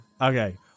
Okay